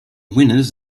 winners